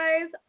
guys